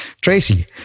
Tracy